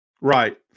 Right